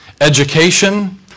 education